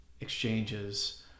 exchanges